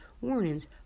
warnings